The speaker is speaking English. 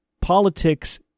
politics